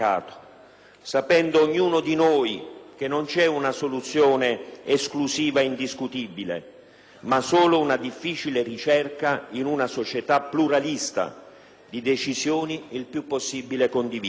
sapendo ognuno di noi che non c'è una soluzione esclusiva e indiscutibile, ma solo una difficile ricerca, in una società pluralista, di decisioni il più possibile condivise.